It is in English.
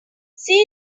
see